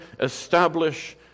establish